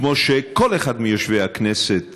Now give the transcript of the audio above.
כמו שכל אחד מיושבי הכנסת